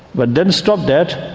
but then stop that.